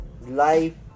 life